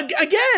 again